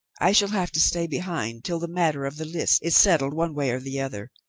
i shall have to stay behind till the matter of the list is settled one way or the other.